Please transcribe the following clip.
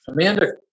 Amanda